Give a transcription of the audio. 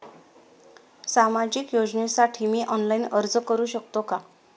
सामाजिक योजनेसाठी मी ऑनलाइन अर्ज करू शकतो का?